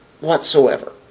whatsoever